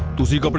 to seek but